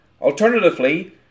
Alternatively